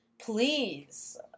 please